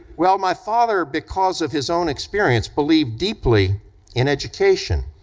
well, my father, because of his own experience, believed deeply in education,